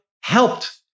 helped